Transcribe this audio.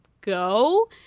go